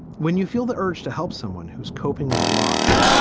when you feel the urge to help someone who is coping with a loss,